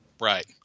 Right